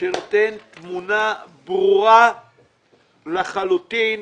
דוח שנותן תמונה ברורה לחלוטין